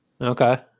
Okay